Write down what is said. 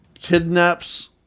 kidnaps